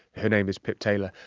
her name is pip taylor,